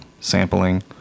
sampling